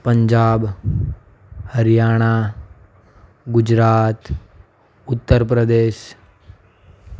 Punjab Haryana Gujarat Uttar Pradesh